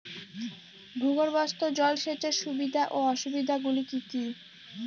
ভূগর্ভস্থ জল সেচের সুবিধা ও অসুবিধা গুলি কি কি?